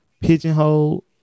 Pigeonhole